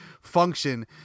function